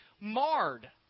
marred